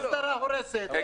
לא הסדרה הורסת.